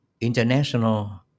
International